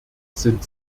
sind